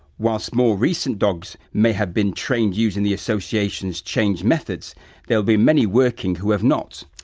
whilst more recent dogs may have been trained using the association's change methods there'll be many working who have not.